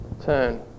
turn